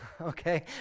Okay